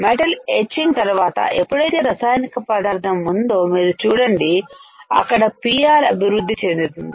metal etching తర్వాత ఎప్పుడైతే రసాయనిక పదార్థం ఉందో మీరు చూడండి అక్కడ PR అభివృద్ధి చెందుతుంది